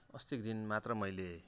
अस्तिको दिन मात्र मैले